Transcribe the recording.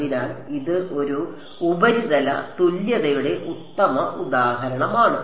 അതിനാൽ ഇത് ഒരു ഉപരിതല തുല്യതയുടെ ഉത്തമ ഉദാഹരണമാണ്